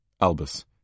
Albus